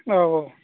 औ औ